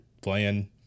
playing